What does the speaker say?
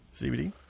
CBD